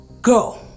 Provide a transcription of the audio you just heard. Go